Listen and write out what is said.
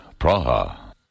Praha